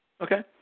Okay